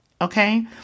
Okay